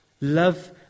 Love